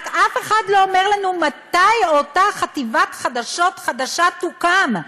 רק אף אחד לא אומר לנו מתי אותה חטיבת חדשות חדשה תוקם,